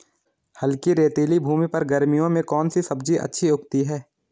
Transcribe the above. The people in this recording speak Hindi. हल्की रेतीली भूमि पर गर्मियों में कौन सी सब्जी अच्छी उगती है?